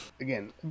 again